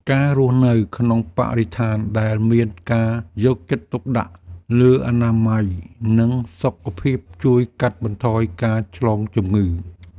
ការរស់នៅក្នុងបរិស្ថានដែលមានការយកចិត្តទុកដាក់លើអនាម័យនិងសុខភាពជួយកាត់បន្ថយការឆ្លងជំងឺ។